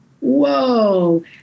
Whoa